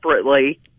separately